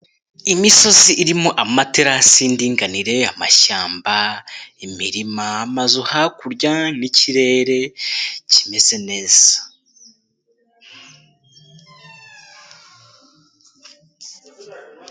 Imisozi irimo amaterasi y'indinganire, amashyamba, imirima, amazu hakurya n'ikirere kimeze neza.